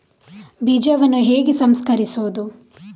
ಬೀಜವನ್ನು ಹೇಗೆ ಸಂಸ್ಕರಿಸುವುದು?